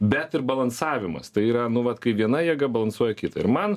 bet ir balansavimas tai yra nu vat kai viena jėga balansuoja kitą ir man